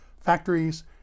factories